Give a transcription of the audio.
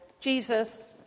Jesus